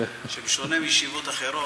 שבשונה מישיבות אחרות,